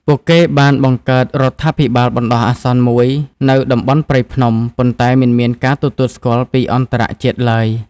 ពួកគេបានបង្កើតរដ្ឋាភិបាលបណ្ដោះអាសន្នមួយនៅតំបន់ព្រៃភ្នំ ប៉ុន្តែមិនមានការទទួលស្គាល់ពីអន្តរជាតិឡើយ។